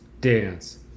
dance